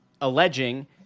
alleging